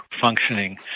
functioning